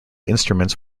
instruments